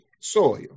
soil